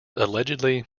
allegedly